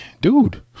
dude